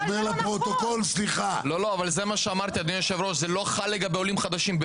זה לא חל על עולים חדשים.